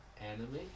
anime